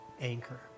anchor